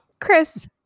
Chris